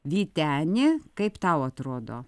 vyteni kaip tau atrodo